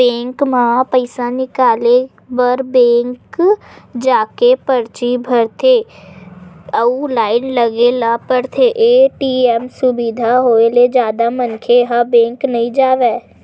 bank म पइसा निकाले बर बेंक जाके परची भरथे अउ लाइन लगे ल परथे, ए.टी.एम सुबिधा होय ले जादा मनखे ह बेंक नइ जावय